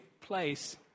place